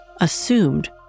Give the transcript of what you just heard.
assumed